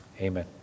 Amen